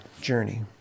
journey